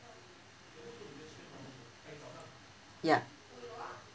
ya